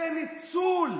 זה ניצול.